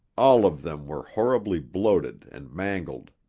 all of them were horribly bloated and mangled.